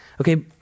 okay